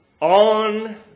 On